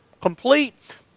complete